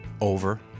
over